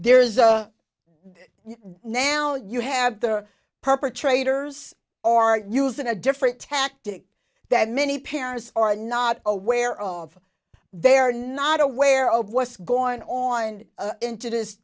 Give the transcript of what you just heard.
there is a now you have the perpetrators are using a different tactic that many parents are not aware of they're not aware of what's going on and into this